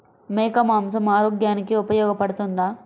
మేక మాంసం ఆరోగ్యానికి ఉపయోగపడుతుందా?